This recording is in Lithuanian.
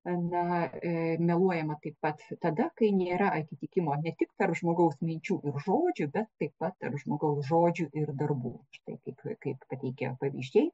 na e meluojama taip pat tada kai nėra atitikimo ne tik tarp žmogaus minčių ir žodžių bet taip pat tarp žmogaus žodžių ir darbų štai kaip kaip pateikia pavyzdžiai